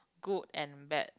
good and bad